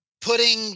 putting